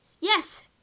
Yes